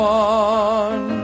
one